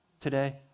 today